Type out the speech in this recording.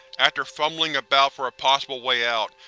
after fumbling about for a possible way out,